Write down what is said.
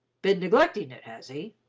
been neglecting it, has he?